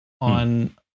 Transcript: on